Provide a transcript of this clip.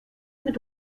mit